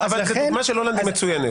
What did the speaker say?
הדוגמה של הולנד היא מצוינת.